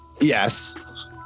yes